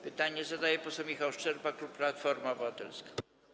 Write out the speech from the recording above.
Pytanie zadaje poseł Michał Szczerba, klub Platforma Obywatelska.